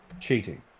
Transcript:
cheating